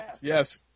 yes